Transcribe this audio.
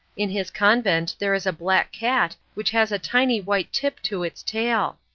in his convent there is a black cat which has a tiny white tip to its tail.